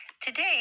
Today